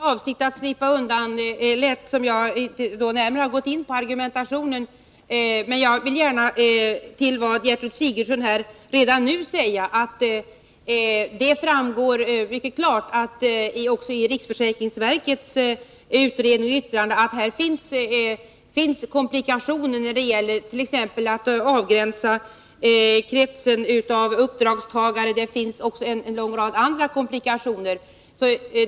Herr talman! Det är inte alls med avsikt att slippa lätt undan som jag inte närmare gått in på argumentationen. Jag vill gärna till Gertrud Sigurdsen redan nu säga att det framgår mycket klart också i riksförsäkringsverkets utredning att här finns komplikationer, t.ex. när det gäller att avgränsa kretsen av uppdragstagare. Det finns också en lång rad andra komplikationer.